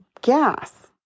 gas